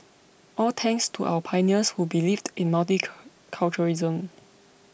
all thanks to our pioneers who believed in multiculturalism